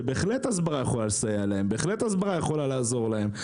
שבהחלט הסברה יכולה לעזור להם,